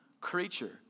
creature